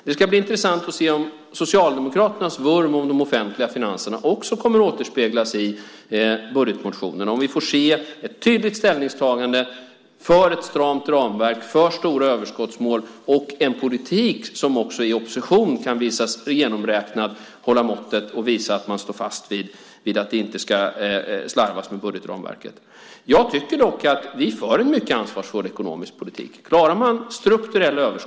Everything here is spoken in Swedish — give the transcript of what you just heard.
Det ska bli intressant att se om Socialdemokraternas vurm om de offentliga finanserna också kommer att återspeglas i budgetmotionerna, om vi får se ett tydligt ställningstagande för ett stramt ramverk, för stora överskottsmål och en politik som också i opposition kan visas genomräknad hålla måttet. Det skulle visa att man står fast vid att det inte ska slarvas med budgetramverket. Jag tycker dock att vi för en mycket ansvarsfull ekonomisk politik.